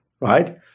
right